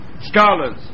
scholars